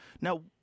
now